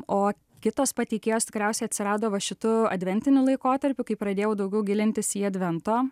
o kitos pateikėjos tikriausiai atsirado va šitu adventiniu laikotarpiu kai pradėjau daugiau gilintis į advento